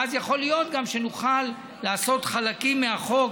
ואז יכול להיות שנוכל לעשות חלקים מהחוק.